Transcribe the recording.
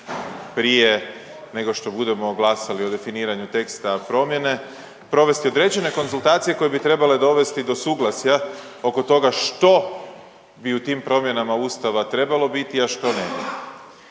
prije nego što budemo glasali o definiranju teksta promjene provesti određene konzultacije koje bi trebale dovesti do suglasja oko toga što bi u tim promjenama ustava trebalo biti, a što ne.